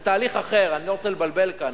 זה תהליך אחר, אני לא רוצה לבלבל כאן.